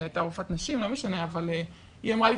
זו הייתה רופאת נשים אבל היא אמרה לי,